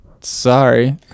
sorry